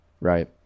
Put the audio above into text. right